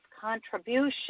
contribution